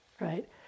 right